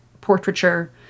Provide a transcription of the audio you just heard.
portraiture